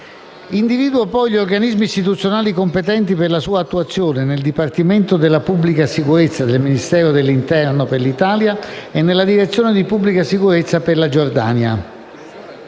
individua gli organismi istituzionali competenti per la sua attuazione nel Dipartimento della pubblica sicurezza del Ministero dell'interno per l'Italia e nella Direzione di pubblica sicurezza per la Giordania.